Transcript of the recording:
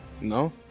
No